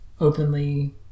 openly